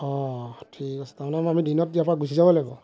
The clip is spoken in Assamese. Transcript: অঁ ঠিক আছে তাৰমানে মই আমি দিনত ইয়াৰপৰা গুচি যাব লাগিব